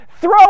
Throw